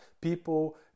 people